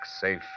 safe